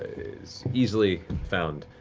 is easily found.